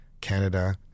Canada